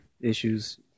issues